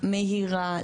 מהירה.